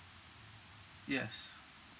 yes